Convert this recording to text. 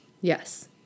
Yes